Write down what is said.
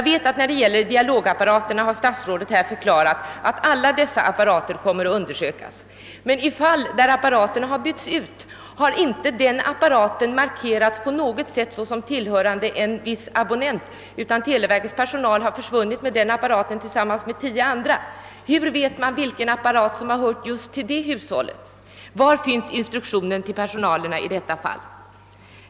Vad Dialogapparaterna beträffar har statsrådet förklarat att alla sådana apparater kommer att undersökas. Men i de fall apparaterna bytts ut har den utbytta apparaten inte alltid markerats på något sätt som tillhörande en viss abonnent, utan televerkets personal har försvunnit med den apparaten tillsammans med kanske tio andra. Hur vet man då vilken apparat som hört till ett speciellt hushåll? Var finns instruktionen till personalen i sådana fall?